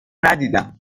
ندیدم